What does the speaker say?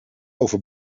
over